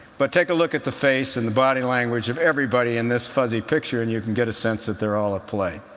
but take a look at the face and the body language of everybody in this fuzzy picture, and you can get a sense that they're all at play.